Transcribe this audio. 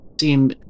seem